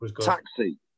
Taxi